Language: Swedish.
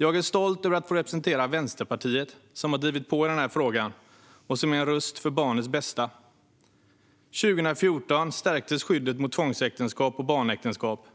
Jag är stolt över att få representera Vänsterpartiet som har drivit på i den här frågan och som är en röst för barnets bästa. År 2014 stärktes skyddet mot tvångsäktenskap och barnäktenskap.